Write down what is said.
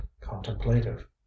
contemplative